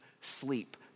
sleep